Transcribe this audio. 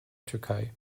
türkei